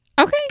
Okay